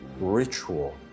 ritual